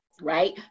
right